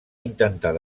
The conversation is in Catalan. intentar